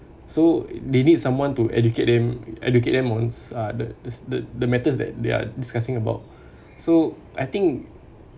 so they need someone to educate them educate them on uh the the the the matters that they're discussing about so I think